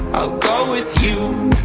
go with you.